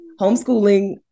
homeschooling